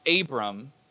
Abram